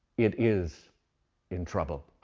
it is in trouble.